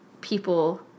people